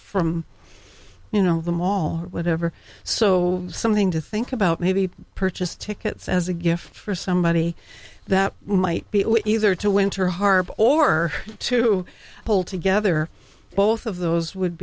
from you know the mall or whatever so something to think about maybe purchase tickets as a gift for somebody that might be easier to winter harbor or to pull together both of those would